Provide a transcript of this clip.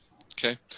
Okay